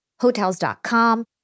Hotels.com